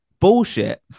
bullshit